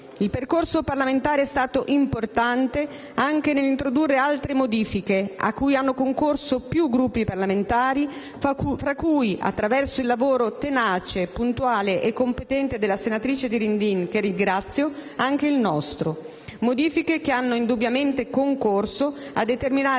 Il percorso parlamentare è stato importante anche nell'introdurre altre modifiche, a cui hanno concorso più Gruppi parlamentari tra cui, attraverso il lavoro tenace, puntuale e competente della senatrice Dirindin (che ringrazio), anche il nostro: modifiche che hanno indubbiamente concorso a determinare